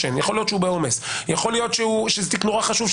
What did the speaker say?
בעומס; יכול להיות שזה תיק מאוד חשוב,